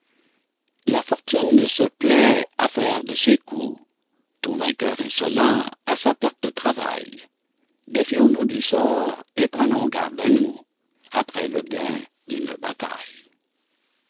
la fortune se plaît à faire de ces coups tout vainqueur insolent à sa perte travaille défions-nous du sort et prenons garde à nous après le gain d'une bataille